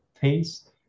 taste